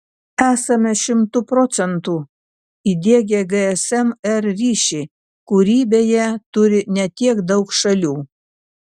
esame šimtu procentų įdiegę gsm r ryšį kurį beje turi ne tiek daug šalių